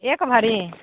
एक भरी